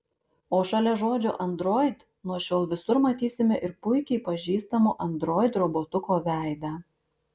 o šalia žodžio android nuo šiol visur matysime ir puikiai pažįstamo android robotuko veidą